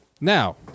Now